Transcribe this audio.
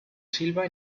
silva